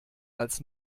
als